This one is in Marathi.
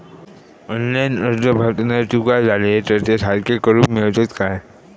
ऑनलाइन अर्ज भरताना चुका जाले तर ते सारके करुक मेळतत काय?